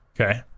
Okay